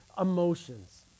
emotions